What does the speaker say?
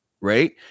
Right